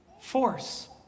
force